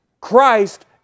Christ